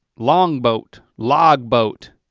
long boat, log boat.